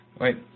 Wait